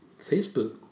Facebook